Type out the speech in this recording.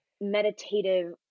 meditative